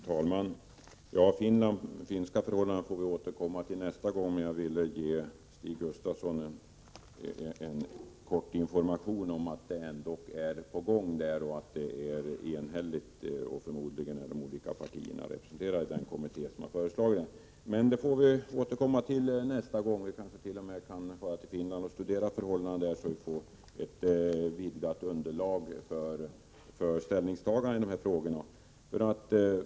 Herr talman! Finska förhållanden får vi återkomma till nästa gång, men jag ville ge Stig Gustafsson en kort information om att det ändå är en lagstiftning på gång i Finland och att det finns ett förslag från en enhällig kommitté, där förmodligen de olika partierna är representerade. Men vi får som sagt återkomma till detta. Vi kanske t.o.m. kan fara till Finland och studera förhållandena där, så att vi får ett vidgat underlag för vårt ställningstagande.